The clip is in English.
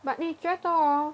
but 你觉得 hor